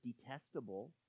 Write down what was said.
detestable